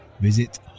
Visit